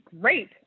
great